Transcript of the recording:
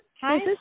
Hi